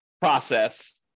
process